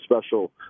special